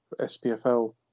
SPFL